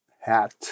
hat